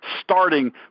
starting